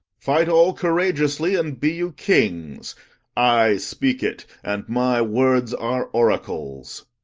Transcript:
fight all courageously, and be you kings i speak it, and my words are oracles.